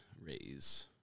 raise